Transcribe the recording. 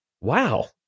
Wow